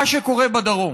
מה שקורה בדרום.